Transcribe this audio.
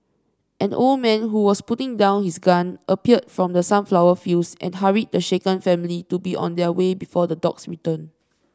an old man who was putting down his gun appeared from the sunflower fields and hurried the shaken family to be on their way before the dogs return